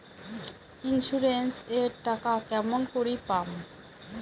Insurance এর টাকা কেমন করি পাম?